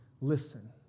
listen